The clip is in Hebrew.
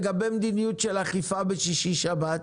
לגבי מדיניות של אכיפה בשישי שבת,